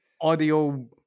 audio